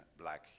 black